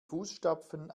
fußstapfen